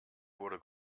wurde